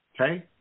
Okay